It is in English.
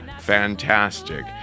fantastic